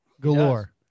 galore